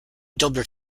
dubbed